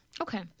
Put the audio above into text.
Okay